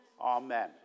Amen